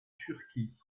turquie